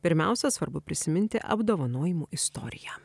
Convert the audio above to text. pirmiausia svarbu prisiminti apdovanojimų istoriją